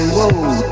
Whoa